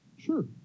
Sure